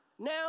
Now